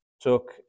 took